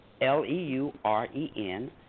L-E-U-R-E-N